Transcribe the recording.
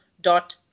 dot